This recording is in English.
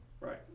right